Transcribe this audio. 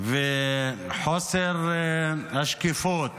וחוסר השקיפות